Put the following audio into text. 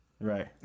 Right